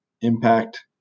impact